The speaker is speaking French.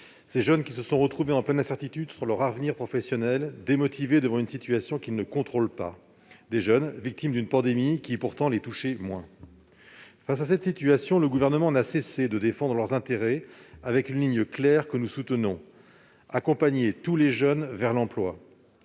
nos jeunes, qui se sont retrouvés en pleine incertitude sur leur avenir professionnel, à la fois démotivés face à une situation qu'ils ne contrôlaient pas et victimes d'une pandémie qui les touchait pourtant peu. Le Gouvernement n'a cessé de défendre leurs intérêts avec une ligne claire, que nous soutenons : accompagner tous les jeunes vers l'emploi.